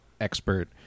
expert